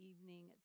evening